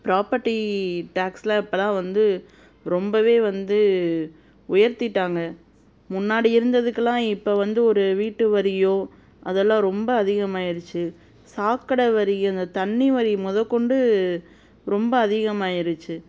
property டேக்ஸ்ஸெலாம் இப்பெலாம் வந்து ரொம்பவே வந்து உயர்த்திவிட்டாங்க முன்னாடி இருந்ததுக்கெலாம் இப்போ வந்து ஒரு வீட்டு வரியோ அதெல்லாம் ரொம்ப அதிகமாகிருச்சு சாக்கடை வரி அந்த தண்ணி வரி மொதற்கொண்டு ரொம்ப அதிகமாகிருச்சு